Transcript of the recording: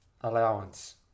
Allowance